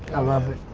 love it,